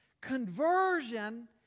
Conversion